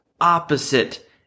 opposite